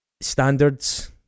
standards